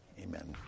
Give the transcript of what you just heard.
Amen